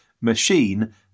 machine